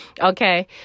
Okay